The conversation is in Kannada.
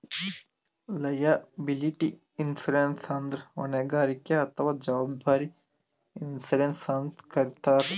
ಲಯಾಬಿಲಿಟಿ ಇನ್ಶೂರೆನ್ಸ್ ಅಂದ್ರ ಹೊಣೆಗಾರಿಕೆ ಅಥವಾ ಜವಾಬ್ದಾರಿ ಇನ್ಶೂರೆನ್ಸ್ ಅಂತ್ ಕರಿತಾರ್